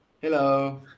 Hello